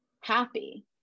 happy